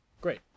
Great